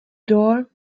door